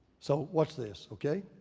so watch this, okay.